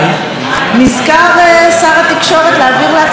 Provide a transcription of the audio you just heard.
נזכר שר התקשורת להעביר לעצמו סמכויות.